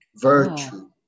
Virtue